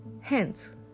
Hence